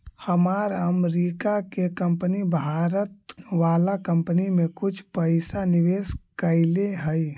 हमार अमरीका के कंपनी भारत वाला कंपनी में कुछ पइसा निवेश कैले हइ